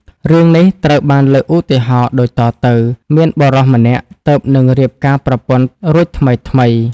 រឿងនេះត្រូវបានលើកឧទាហរណ៍ដូចតទៅ៖ មានបុរសម្នាក់ទើបនឹងរៀបការប្រពន្ធរួចថ្មីៗ។